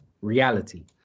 reality